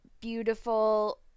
beautiful